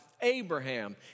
Abraham